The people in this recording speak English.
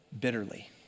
bitterly